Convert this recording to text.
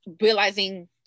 realizing